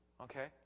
okay